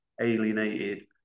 alienated